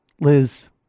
Liz